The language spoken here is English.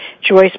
Joyce